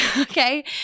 okay